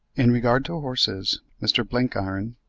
in regard to horses, mr. blenkiron,